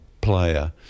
player